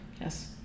yes